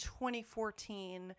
2014